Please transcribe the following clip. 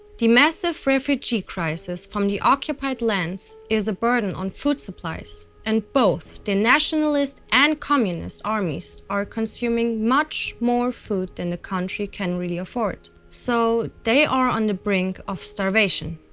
the massive refugee crisis from the occupied lands is a burden on food supplies, and both the nationalist and communist armies are consuming much more food than the country can really afford. so they are on the brink of starvation.